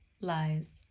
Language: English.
lies